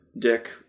Dick